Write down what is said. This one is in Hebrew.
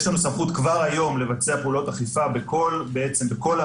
יש לנו סמכות כבר היום לבצע פעולות אכיפה בכל המשק,